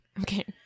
Okay